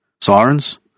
sirens